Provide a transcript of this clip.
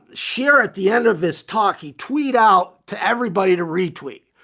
share at the end of this talk, he tweeted out to everybody to retweet.